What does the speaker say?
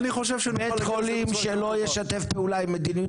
בית חולים שלא ישתף פעולה עם מדיניות